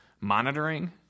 monitoring –